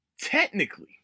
technically